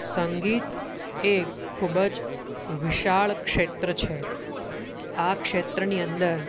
સંગીત એ ખૂબ જ વિશાળ ક્ષેત્ર છે આ ક્ષેત્રની અંદર